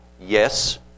Yes